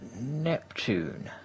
Neptune